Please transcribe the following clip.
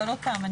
עוד פעם,